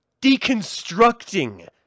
deconstructing